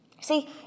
See